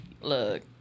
look